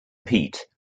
peat